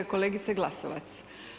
Kolegice Glasovac.